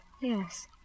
yes